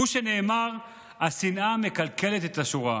הוא שנאמר: "השנאה מקלקלת את השורה".